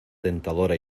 tentadora